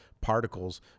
particles